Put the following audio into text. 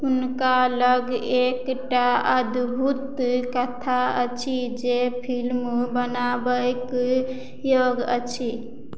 हुनकालग एकटा अद्भुत कथा अछि जे फिलिम बनेबाके योग्य अछि